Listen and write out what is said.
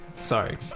Sorry